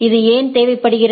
இது ஏன் தேவைப்படுகிறது